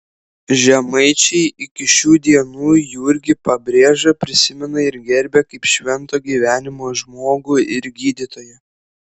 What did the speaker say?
žemaičiai iki šių dienų jurgį pabrėžą prisimena ir gerbia kaip švento gyvenimo žmogų ir gydytoją